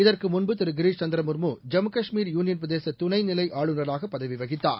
இதற்குமுன்பு Thiru Girish Chandra Murmu Jammu Kashmir union பிரதேசதுணைநிலைஆளுநராகபதவிவகித்தார்